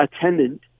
attendant